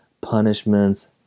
punishments